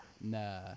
Nah